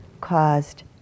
caused